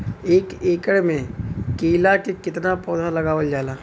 एक एकड़ में केला के कितना पौधा लगावल जाला?